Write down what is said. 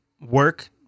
work